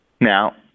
now